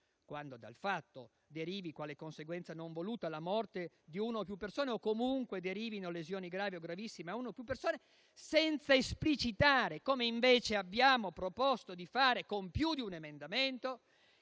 quando dal fatto derivino - quale conseguenza non voluta - la morte di una o più persone o comunque lesioni gravi o gravissime a una o più persone, senza esplicitare - come invece abbiamo proposto di fare con più di un emendamento